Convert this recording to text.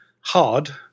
hard